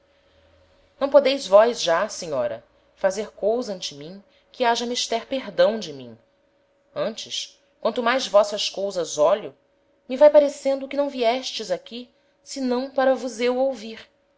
não podeis vós já senhora fazer cousa ante mim que haja mister perdão de mim antes quanto mais vossas cousas ólho me vae parecendo que não viestes aqui senão para vos eu ouvir